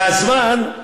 והזמן,